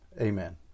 amen